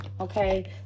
okay